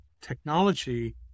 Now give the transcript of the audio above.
technology